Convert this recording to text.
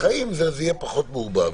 בחיים זה יהיה פחות מעורבב.